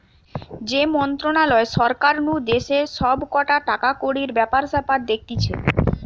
যে মন্ত্রণালয় সরকার নু দেশের সব কটা টাকাকড়ির ব্যাপার স্যাপার দেখতিছে